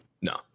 No